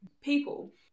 people